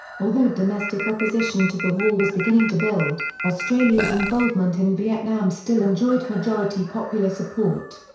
although domestic opposition to the war was beginning to build, australia's involvement in vietnam still enjoyed majority popular support.